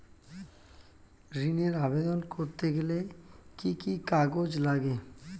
ঋণের আবেদন করতে গেলে কি কি কাগজ লাগে?